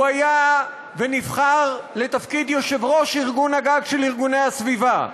הוא היה ונבחר לתפקיד יושב-ראש ארגון הגג של ארגוני הסביבה,